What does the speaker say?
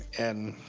and